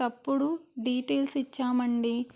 తప్పుడు డీటెయిల్స్ ఇచ్చామండి